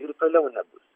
ir toliau nebus